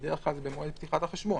בדרך כלל זה במועד פתיחת החשבון.